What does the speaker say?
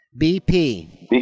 BP